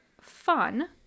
fun